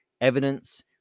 evidence